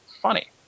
funny